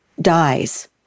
dies